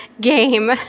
game